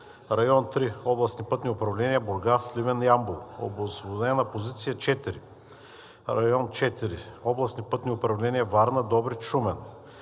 Район 3: областни пътни управления Бургас, Сливен, Ямбол. Обособена позиция № 4 – Район 4: областни пътни управления Варна, Добрич, Шумен.